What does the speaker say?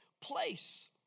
place